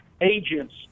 agents